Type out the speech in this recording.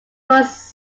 was